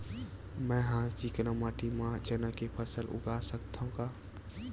मै ह चिकना माटी म चना के फसल उगा सकथव का?